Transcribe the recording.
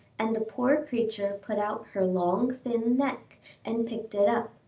and the poor creature put out her long thin neck and picked it up,